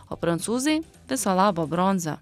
o prancūzai viso labo bronzą